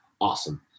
awesome